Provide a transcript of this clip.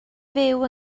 fyw